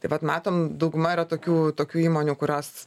tai vat matom dauguma yra tokių tokių įmonių kurios